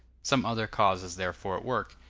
some other cause is therefore at work,